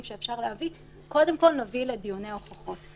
שאפשר להביא קודם כול נביא לדיוני ההוכחות.